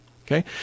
Okay